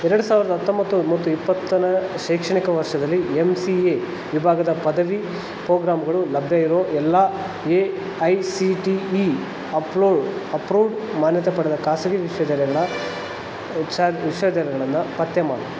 ಎರಡು ಸಾವಿರದ ಹತೊಂಬತ್ತು ಮತ್ತು ಇಪ್ಪತ್ತನೇ ಶೈಕ್ಷಣಿಕ ವರ್ಷದಲ್ಲಿ ಎಂ ಸಿ ಎ ವಿಭಾಗದ ಪದವಿ ಪೋಗ್ರಾಂಗಳು ಲಭ್ಯ ಇರೋ ಎಲ್ಲ A I C T E ಅಪ್ಲೂಡ್ ಅಪ್ರೂವ್ಡ್ ಮಾನ್ಯತೆ ಪಡೆದ ಖಾಸಗಿ ವಿಶ್ವವಿದ್ಯಾನಿಲಯಗಳ ವಿಶ್ವವಿದ್ಯಾನಿಲಯಗಳನ್ನು ಪತ್ತೆ ಮಾಡು